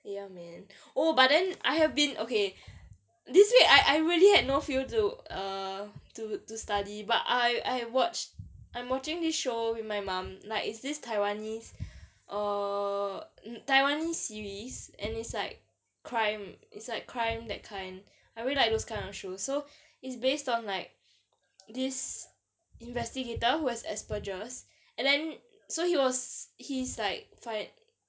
ya man oh but then I have been okay this week I I really had no feel to err to to study but I I watch I'm watching this show with my mum like it's this taiwanese or taiwan series and it's like crime it's like crime that kind I really like those kind of show so it's based on like this investigator who has aspergers and then so he was he's like find~